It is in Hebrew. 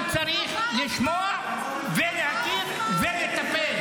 העולם צריך לשמוע ולהכיר, ולטפל.